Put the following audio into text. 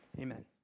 amen